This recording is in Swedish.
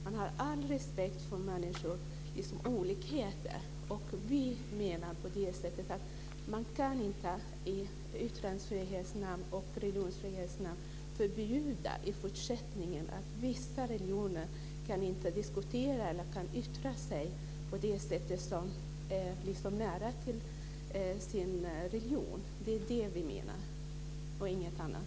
Man har all respekt för människor i deras olikheter. Vi menar därmed att man inte i yttrandefrihetens och religionsfrihetens namn i fortsättningen kan förbjuda vissa religioner att diskutera eller yttra sig på ett sätt som är nära deras religion. Det är det vi menar och ingenting annat.